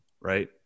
right